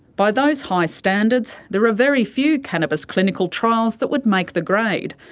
by those high standards, there are very few cannabis clinical trials that would make the grade.